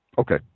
Okay